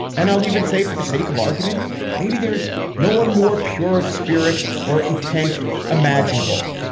and i'll even say for the sake of argument maybe there's no one more pure of spirit or intent imaginable.